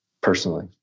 personally